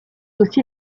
aussi